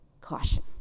Caution